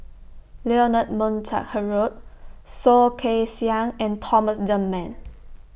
Leonard Montague Harrod Soh Kay Siang and Thomas Dunman